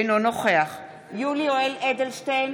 אינו נוכח יולי יואל אדלשטיין,